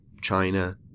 China